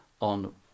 on